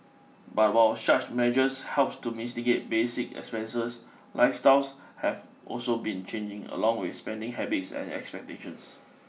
but while such measures help to mitigate basic expenses lifestyles have also been changing along with spending habits and expectations